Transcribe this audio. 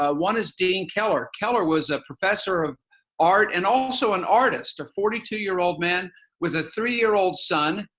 ah one is deane keller. keller was a professor of art and also an artist, a forty two year-old man with a three year-old son,